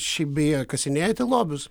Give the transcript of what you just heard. šiaip beje kasinėjate lobius